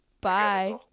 Bye